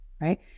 right